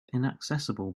inaccessible